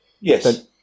Yes